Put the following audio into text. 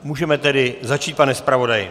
Můžeme tedy začít, pane zpravodaji.